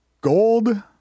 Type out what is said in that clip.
gold